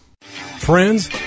Friends